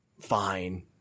Fine